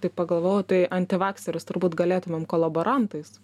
taip pagalvojau tai antivakserius turbūt galėtumėm kolaborantais